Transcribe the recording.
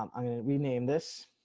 um i'm going to rename this